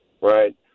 Right